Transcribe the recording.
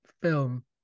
film